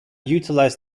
utilized